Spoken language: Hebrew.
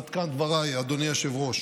עד כאן דבריי, אדוני היושב-ראש.